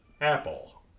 apple